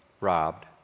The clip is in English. robbed